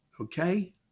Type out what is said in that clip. Okay